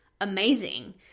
amazing